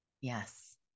Yes